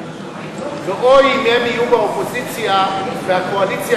ואוי אם יהיה דיון באופוזיציה והקואליציה